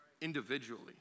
Individually